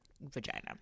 vagina